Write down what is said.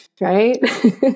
right